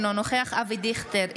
אינו נוכח אבי דיכטר,